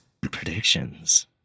predictions